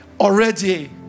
already